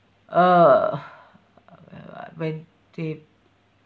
uh when they